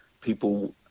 people